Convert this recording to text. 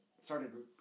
started